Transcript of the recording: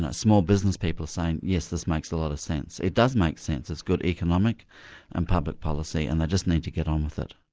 ah small businesspeople are saying, yes, this makes a lot of sense. it does make sense it's good economic and public policy and they just need to get on with it.